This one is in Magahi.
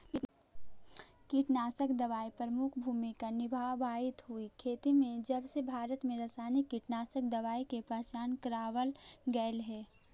कीटनाशक दवाई प्रमुख भूमिका निभावाईत हई खेती में जबसे भारत में रसायनिक कीटनाशक दवाई के पहचान करावल गयल हे